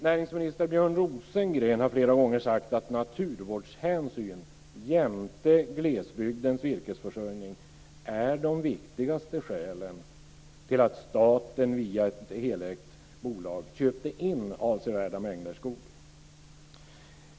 Näringsminister Björn Rosengren har flera gånger sagt att naturvårdshänsyn jämte glesbygdens virkesförsörjning är de viktigaste skälen till att staten via ett helägt bolag köpte in avsevärda mängder skog.